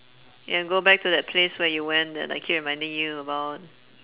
you can go back to that place where you went that I keep reminding you about